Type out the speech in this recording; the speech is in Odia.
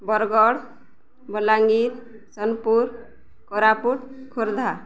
ବରଗଡ଼ ବଲାଙ୍ଗୀର ସୋନପୁର କୋରାପୁଟ ଖୋର୍ଦ୍ଧା